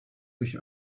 durch